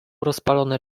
rozpalone